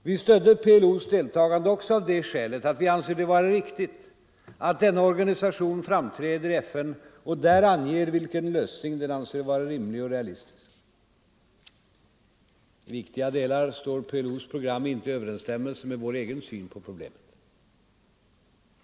Vi stödde PLO:s deltagande också av det skälet att vi anser det vara riktigt att denna organisation framträder i FN och där anger vilken lösning den anser vara rimlig och realistisk. I viktiga delar står PLO:s program inte i överensstämmelse med vår egen syn på problemet.